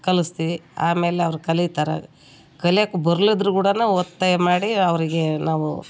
ಕಲಿಸ್ತೀವಿ ಆಮೇಲೆ ಅವರು ಕಲೀತಾರೆ ಕಲಿಯೋಕ್ ಬರ್ಲಿದ್ರು ಕೂಡ ಒತ್ತಾಯ ಮಾಡಿ ಅವರಿಗೆ ನಾವೂ